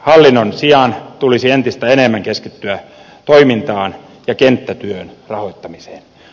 hallinnon sijaan tulisi entistä enemmän keskittyä toimintaan ja kenttätyön rahoittamiseen